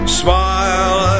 smile